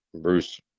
Bruce